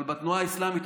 אבל בתנועה האסלאמית,